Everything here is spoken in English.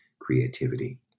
creativity